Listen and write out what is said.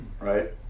Right